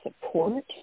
support